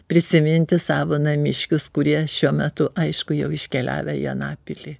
prisiminti savo namiškius kurie šiuo metu aišku jau iškeliavę į anapilį